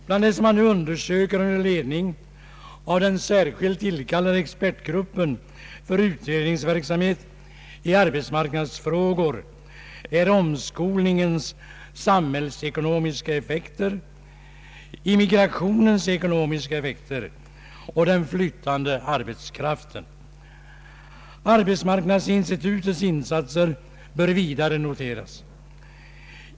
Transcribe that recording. Bland det som man nu undersöker under ledning av den särskilt tillkallade expertgruppen för utredningsverksamhet i arbetsmarknadsfrågor är omskolningens samhällsekonomiska effekter, immigrationens ekonomiska effekter och den flyttande arbetskraften. Arbetsmarknadsinstitutets insatser bör vidare noteras.